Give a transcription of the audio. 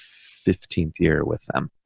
fifteenth year with them.